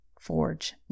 Forge